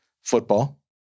Football